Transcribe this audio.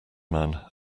man